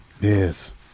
Yes